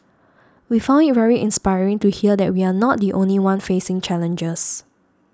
we found it very inspiring to hear that we are not the only one facing challenges